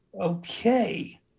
Okay